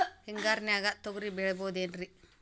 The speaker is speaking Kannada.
ಹಿಂಗಾರಿನ್ಯಾಗ ತೊಗ್ರಿ ಬೆಳಿಬೊದೇನ್ರೇ?